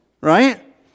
right